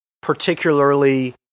particularly